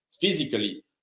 physically